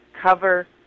cover